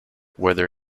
whether